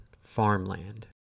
farmland